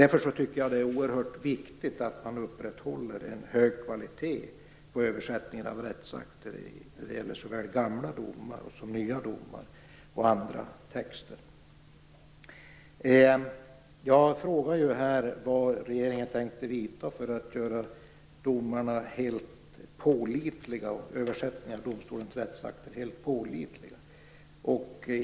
Därför tycker jag att det är oerhört viktigt att man upprätthåller en hög kvalitet på översättningen av rättsakter när det gäller såväl gamla och nya domar som andra texter. Jag frågade vad regeringen tänkte vidta för åtgärder för att göra domarna, översättningen av domstolens rättsakter, helt pålitliga.